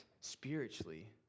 spiritually